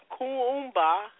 kumba